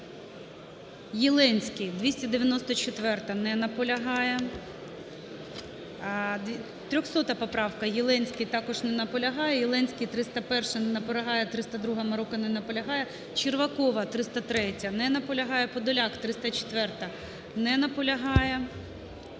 Єленський, 294-а. Не наполягає. 300 поправка, Єленський. Також не наполягає. Єленський, 301-а. Не наполягає. 302-а, Мороко. Не наполягає. Червакова, 303-я. Не наполягає. Подоляк, 304-а. Не наполягає.